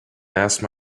asked